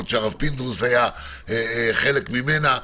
עוד כשהרב פינדרוס ואחרים היו חלק ממנו.